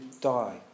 die